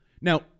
now